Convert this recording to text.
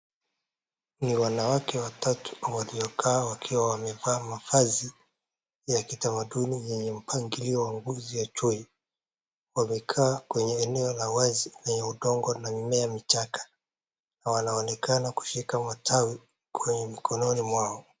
Ni wanawake watatu waliokaa wakiwa wamevaa mavazi ya kitamaduni yenye mpangilio wa ngozi ya chui, wamekaa kwenye eneo la wazi yenye undogo na mimea michaka na wanaonekana kushika matawi kwenye mikononi mwao.